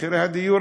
מחירי הדיור,